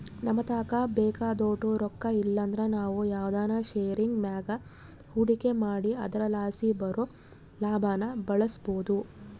ನಮತಾಕ ಬೇಕಾದೋಟು ರೊಕ್ಕ ಇಲ್ಲಂದ್ರ ನಾವು ಯಾವ್ದನ ಷೇರಿನ್ ಮ್ಯಾಗ ಹೂಡಿಕೆ ಮಾಡಿ ಅದರಲಾಸಿ ಬರೋ ಲಾಭಾನ ಬಳಸ್ಬೋದು